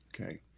Okay